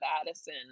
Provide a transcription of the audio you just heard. Addison